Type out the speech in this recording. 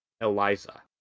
eliza